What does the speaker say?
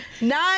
Nine